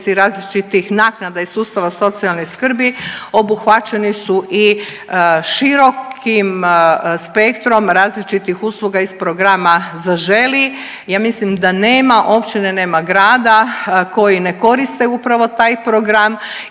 različitih naknada i sustava socijalne skrbi obuhvaćeni su i širokim spektrom različitih usluga iz programa „Zaželi“. Ja mislim da nema općine, nema grada koji ne koriste upravo taj program